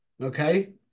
Okay